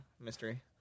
Mystery